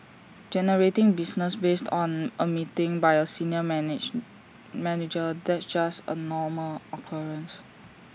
generating business based on A meeting by A senior manage manager that's just A normal occurrence